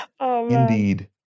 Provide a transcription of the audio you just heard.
Indeed